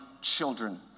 children